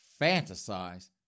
fantasize